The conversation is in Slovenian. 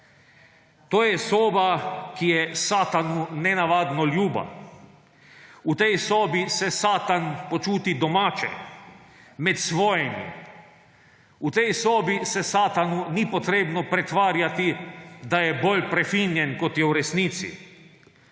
To je soba, ki je Satanu nenavadno ljuba. V tej sobi se Satan počuti domače, med svojimi. V tej sobi se Satanu ni treba pretvarjati, da je bolj prefinjen, kot je v resnici.